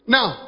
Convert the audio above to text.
Now